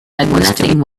nothing